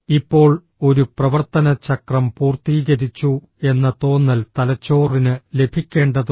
ഇപ്പോൾ ഒരു പ്രവർത്തന ചക്രം പൂർത്തീകരിച്ചു എന്ന തോന്നൽ തലച്ചോറിന് ലഭിക്കേണ്ടതുണ്ട്